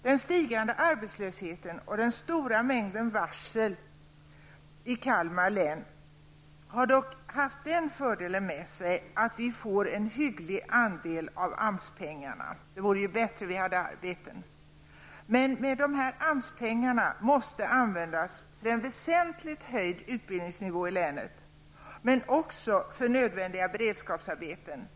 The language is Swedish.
Den stigande arbetslösheten och den stora mängden varsel i Kalmar län har dock haft den fördelen att vi får en hygglig andel av AMS pengarna -- fast det vore ju bättre om vi hade arbetstillfällen. Dessa AMS-pengar måste användas till en väsentligt höjd utbildningsnivå i länet, men också för nödvändiga beredskapsarbeten.